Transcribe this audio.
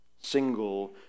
single